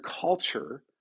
culture